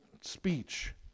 speech